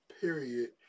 period